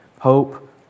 hope